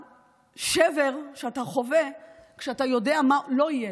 השבר שאתה חווה כשאתה יודע מה לא יהיה,